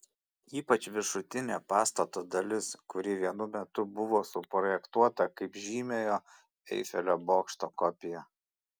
ypač viršutinė pastato dalis kuri vienu metu buvo suprojektuota kaip žymiojo eifelio bokšto kopija